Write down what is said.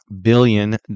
billion